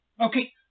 Okay